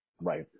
Right